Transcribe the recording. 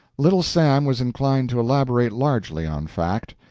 little sam was inclined to elaborate largely on fact.